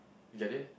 you get it